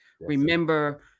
remember